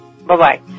Bye-bye